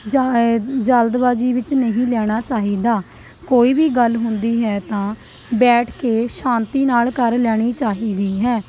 ਜਾਂ ਜਲਦਬਾਜ਼ੀ ਵਿੱਚ ਨਹੀਂ ਲੈਣਾ ਚਾਹੀਦਾ ਕੋਈ ਵੀ ਗੱਲ ਹੁੰਦੀ ਹੈ ਤਾਂ ਬੈਠ ਕੇ ਸ਼ਾਂਤੀ ਨਾਲ਼ ਕਰ ਲੈਣੀ ਚਾਹੀਦੀ ਹੈ